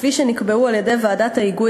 כפי שנקבעו על-ידי ועדת ההיגוי